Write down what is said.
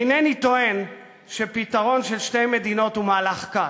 אינני טוען שפתרון של שתי מדינות הוא מהלך קל.